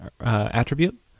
attribute